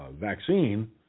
vaccine